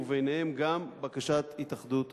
וביניהם גם בקשת התאחדות הסטודנטים.